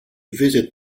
visit